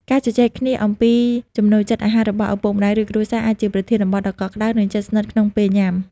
ការជជែកគ្នាអំពីចំណូលចិត្តអាហាររបស់ឪពុកម្ដាយ ឬគ្រួសារ អាចជាប្រធានបទដ៏កក់ក្ដៅ និងជិតស្និទ្ធក្នុងពេលញ៉ាំ។